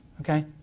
okay